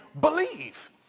believe